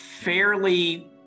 fairly